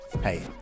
Hey